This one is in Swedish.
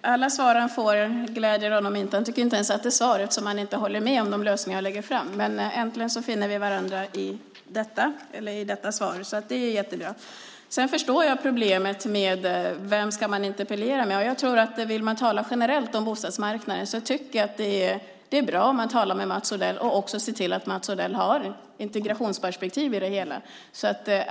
Alla svar han får gläder honom inte. Han tycker inte ens om de lösningar jag lägger fram, men i detta svar finner vi äntligen varandra. Jag förstår problemet när det gäller vem man ska interpellera. Ska man tala generellt om bostadsmarknaden tycker jag att man ska prata med Mats Odell och också se till att han har ett integrationsperspektiv i det hela.